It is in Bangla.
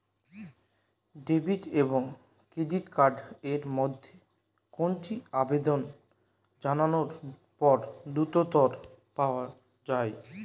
ডেবিট এবং ক্রেডিট কার্ড এর মধ্যে কোনটি আবেদন জানানোর পর দ্রুততর পাওয়া য়ায়?